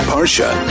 Parsha